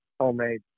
homemade